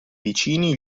vicini